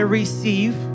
receive